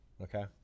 Okay